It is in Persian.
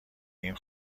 این